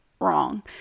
wrong